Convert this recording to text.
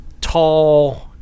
tall –